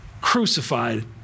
crucified